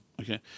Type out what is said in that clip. okay